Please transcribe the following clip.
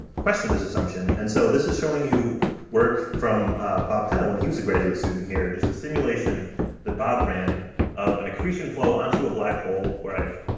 question this assumption. and so this is showing you work from bob penna when he was a graduate student here, just a simulation that bob ran of an accretion flow onto a black hole where i've,